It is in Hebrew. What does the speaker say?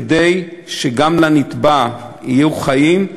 כדי שגם לנתבע יהיו חיים,